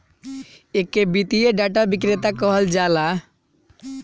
एके वित्तीय डाटा विक्रेता कहल जाला